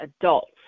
adults